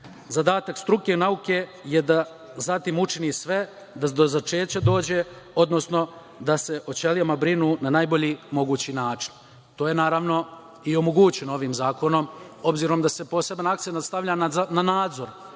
Zadatak struke nauke je da zatim učini sve da do začeća dođe, odnosno da se o ćelijama brinu na najbolji mogući način. To je, naravno, i omogućeno ovim zakonom, obzirom da se poseban akcenat stavlja na nadzor.